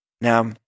Now